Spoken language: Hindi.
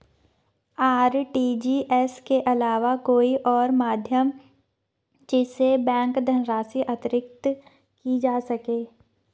आर.टी.जी.एस के अलावा कोई और माध्यम जिससे बैंक धनराशि अंतरित की जा सके?